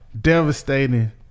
devastating